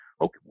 okay